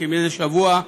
כמדי שבוע.